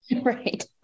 Right